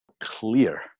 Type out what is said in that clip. clear